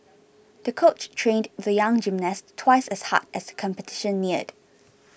the coach trained the young gymnast twice as hard as the competition neared